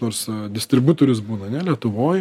nors distributorius būna ane lietuvoj